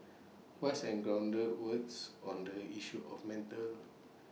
wise and grounded words on the issue of mental